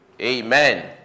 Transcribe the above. Amen